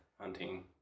hunting